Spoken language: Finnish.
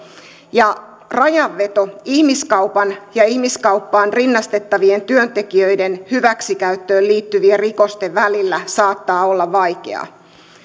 ja rajanveto ihmiskaupan ja ihmiskauppaan rinnastettavien työntekijöiden hyväksikäyttöön liittyvien rikosten välillä saattaa olla vaikeaa